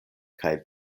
kaj